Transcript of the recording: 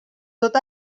tot